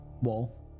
wall